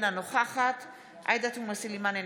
אינה נוכחת עאידה תומא סלימאן,